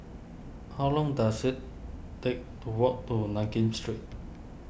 how long does it take to walk to Nankin Street